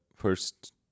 First